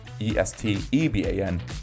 E-S-T-E-B-A-N